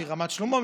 מרמת שלמה,